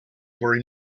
were